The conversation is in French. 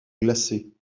glacé